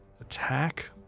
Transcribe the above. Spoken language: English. attack